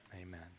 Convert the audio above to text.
Amen